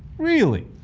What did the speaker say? really?